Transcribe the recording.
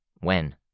When